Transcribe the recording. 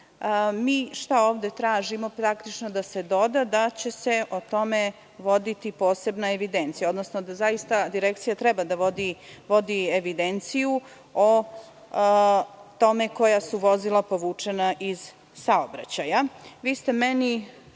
mi ovde tražimo? Praktično tražimo da se doda da će se o tome voditi posebna evidencija, odnosno da Direkcija treba da vodi evidenciju o tome koja su vozila povučena iz saobraćaja. Vi ste meni